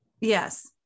Yes